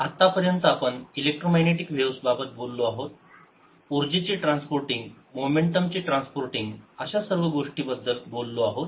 reflection of waves at a boundary I wave on a tense string आतापर्यंत आपण electromagnetic waves बाबत बोललो आहोत ऊर्जेचे ट्रांसपोर्टिंग मोमेंटम चे ट्रांसपोर्टिंग अशा सर्व गोष्टी बद्दल बोललो आहोत